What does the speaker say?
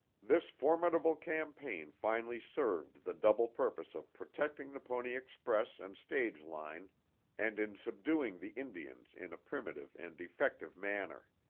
this formidable campaign finally served the double purpose of protecting the pony express and stage line and in subduing the indians in a primitive and effective manner.